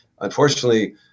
unfortunately